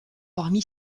parmi